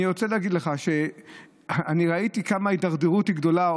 אני רוצה להגיד לך שאני ראיתי כמה ההידרדרות גדולה.